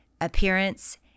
appearance